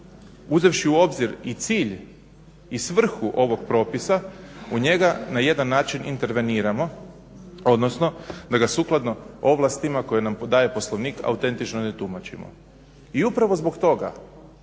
uzevši u obzir i cilj i svrhu ovog propisa u njega na jedan način interveniramo, odnosno da ga sukladno ovlastima koje nam daje Poslovnik autentično ga tumačimo. I upravo zbog toga